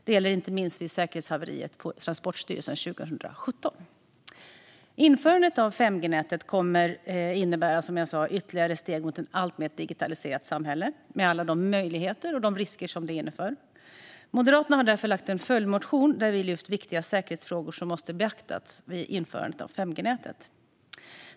Det gäller inte minst säkerhetshaveriet på Transportstyrelsen 2017. Införandet av 5G-nätet kommer som sagt att innebära ytterligare steg mot ett alltmer digitaliserat samhälle, med alla de möjligheter och risker det medför. Moderaterna har därför väckt en följdmotion där vi lyfter fram viktiga säkerhetsfrågor som måste beaktas vid införandet av 5G-nätet.